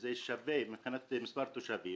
שהיא שווה מבחינת מספר התושבים,